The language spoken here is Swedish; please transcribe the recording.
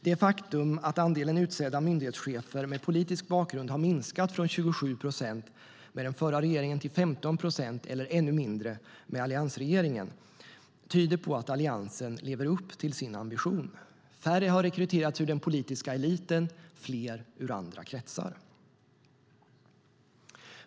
Det faktum att andelen utsedda myndighetschefer med politisk bakgrund har minskat från 27 procent under den förra regeringen till 15 procent, eller ännu mindre, under alliansregeringen tyder på att Alliansen lever upp till sin ambition. Färre har rekryterats ur den politiska eliten och fler ur andra kretsar.